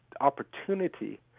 opportunity